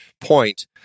point